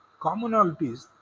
commonalities